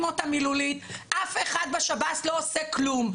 אותן מילולית - אף אחד בשב”ס לא עושה כלום.